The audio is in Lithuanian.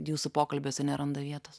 jūsų pokalbiuose neranda vietos